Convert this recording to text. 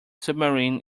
submarine